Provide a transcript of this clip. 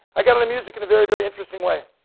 i got into music in a very very interesting way.